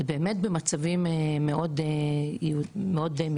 זה באמת במצבים מאוד מיוחדים,